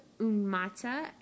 Umata